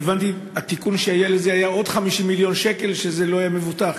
הבנתי שהתיקון שהיה לזה היה עוד 50 מיליון שקל למה שלא היה מבוטח.